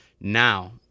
Now